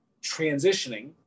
transitioning